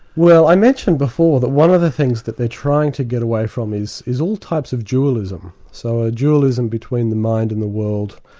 well, i mentioned before that one of the things that they're trying to get away from is is all types of dualism. so a dualism between the mind and the world,